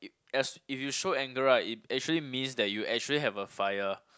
as if you show anger right it actually means that you actually have a fire